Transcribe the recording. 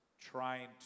trying